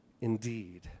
indeed